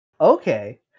okay